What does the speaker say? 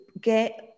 get